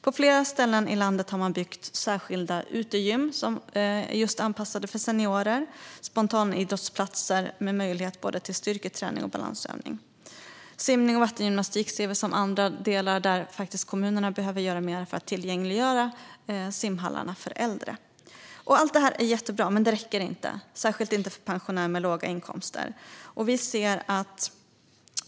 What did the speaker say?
På flera ställen i landet har man byggt särskilda utegym som är anpassade för seniorer och spontanidrottsplatser med möjlighet till både styrketräning och balansövningar. Simning och vattengymnastik ser vi som andra delar där kommunerna behöver göra mer. Allt detta är jättebra, men det räcker inte, särskilt inte för pensionärer med låga inkomster.